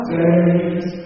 days